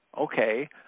okay